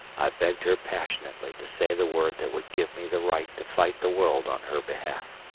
i begged her passionately to say the word that would give me the right to fight the world on her behalf.